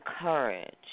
courage